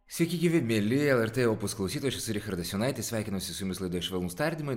sveiki gyvi mieli lrt opus klausytojai aš esu richardas jonaitis sveikinuosi su jumis laidoje švelnūs tardymai